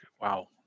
wow